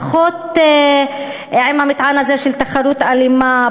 פחות עם המטען הזה של תחרות אלימה,